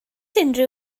unrhyw